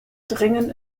dringen